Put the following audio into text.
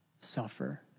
suffer